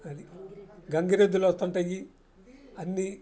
అది గంగిరెద్దులు వస్తుంటాయి అన్నీ